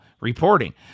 reporting